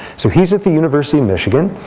so he's at the university of michigan.